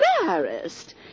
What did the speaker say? embarrassed